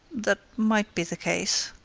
that might be the case.